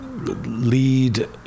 lead